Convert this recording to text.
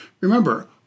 Remember